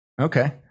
okay